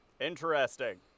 interesting